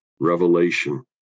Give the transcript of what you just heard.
revelation